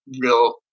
real